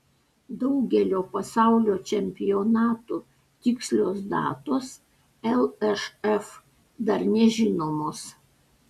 daugelio pasaulio čempionatų tikslios datos lšf dar nežinomos